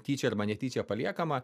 tyčia arba netyčia paliekama